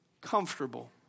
comfortable